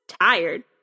tired